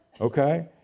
Okay